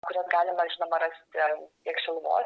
kurias galima žinoma rasti tiek šiluvos